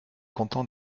content